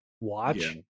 watch